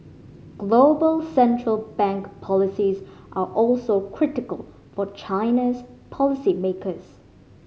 global central bank policies are also critical for China's policy makers